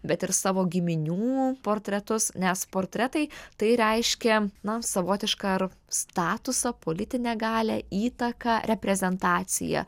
bet ir savo giminių portretus nes portretai tai reiškia na savotišką ar statusą politinę galią įtaką reprezentacija